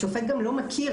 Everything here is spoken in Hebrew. השופט גם לא מכיר